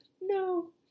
no